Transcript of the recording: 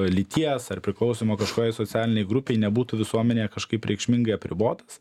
lyties ar priklausymo kažkokiai socialinei grupei nebūtų visuomenėje kažkaip reikšmingai apribotas